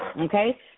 okay